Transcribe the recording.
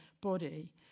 body